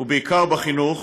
ובעיקר בחינוך,